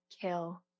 kill